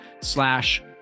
slash